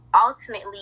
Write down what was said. ultimately